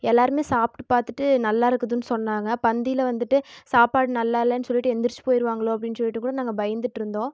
எல்லாருமே சாப்பிட்டு பார்த்துட்டு நல்லா இருக்குதுன்னு சொன்னாங்க பந்தியில வந்துட்டு சாப்பாடு நல்லாயில்லைனு சொல்லிவிட்டு எந்திரிச்சு போயிடுவாங்களோ அப்படின்னு சொல்லிவிட்டு கூட நாங்கள் பயந்துகிட்டு இருந்தோம்